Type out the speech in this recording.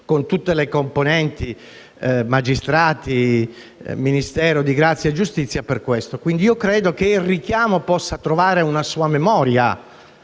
con tutte le componenti (magistrati, Ministero della giustizia) per questo; ritengo pertanto che il richiamo possa trovare una sua memoria